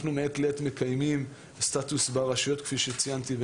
אנחנו מעת לעת מקיימים סטטוס ברשויות כפי שציינתי,